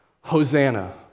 Hosanna